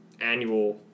annual